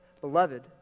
Beloved